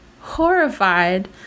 horrified